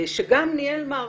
שגם ניהל מערכה,